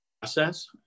process